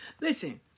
Listen